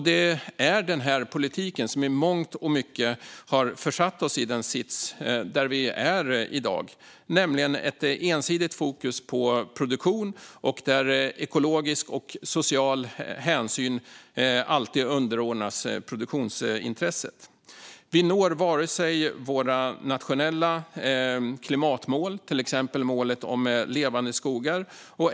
Det är den politiken som i mångt och mycket har försatt oss i den sits som vi i dag är i - det är ett ensidigt fokus på produktion, och ekologisk och social hänsyn underordnas alltid produktionsintresset. Vi når inte våra nationella klimatmål, till exempel målet om levande skogar.